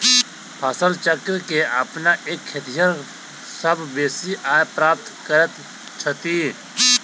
फसल चक्र के अपना क खेतिहर सभ बेसी आय प्राप्त करैत छथि